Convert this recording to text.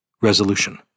Resolution